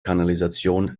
kanalisation